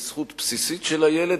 היא זכות בסיסית של הילד.